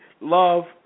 love